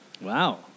Wow